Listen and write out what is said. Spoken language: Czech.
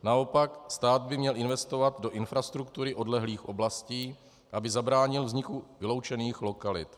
Naopak, stát by měl investovat do infrastruktury odlehlých oblastí, aby zabránil vzniku vyloučených lokalit.